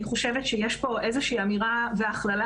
אני חושבת שיש פה איזושהי אמיררה והכללה